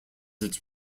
its